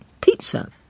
pizza